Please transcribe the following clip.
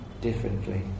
differently